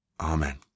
Amen